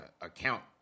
account